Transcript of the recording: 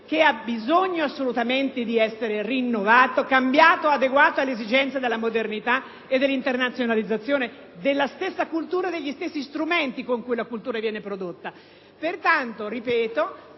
che ha bisogno assolutamente di essere rinnovato, cambiato e adeguato alle esigenze della modernitae dell’internazionalizzazione della stessa cultura e degli stessi strumenti con cui la cultura viene prodotta. Pertanto – ripeto